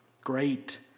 Great